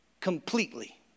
completely